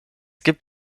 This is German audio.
gibt